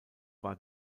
war